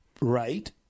right